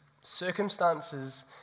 circumstances